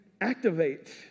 activate